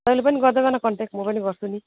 तैँले पनि गर्दै गर्न कन्ट्याक्ट म पनि गर्छु नि